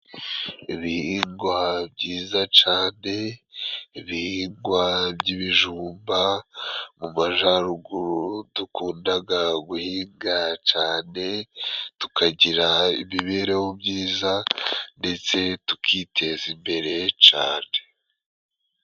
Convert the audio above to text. Ibihingwa byiza cane, ibihingwa by'ibijumba mu majaruguru dukundaga guhiga cane tukagira imibereho myiza ndetse tukiteza imbere cane.